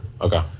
Okay